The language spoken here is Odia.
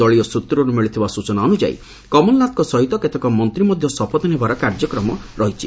ଦଳୀୟ ସ୍ୱତ୍ରରୁ ମିଳିଥିବା ସ୍ୱଚନା ଅନୁଯାୟୀ କମଲ ନାଥଙ୍କ ସହିତ ଥିବା କେତେକ ମନ୍ତ୍ରୀ ମଧ୍ୟ ଶପଥ ନେବାର କାର୍ଯ୍ୟକ୍ରମ ରହିଛି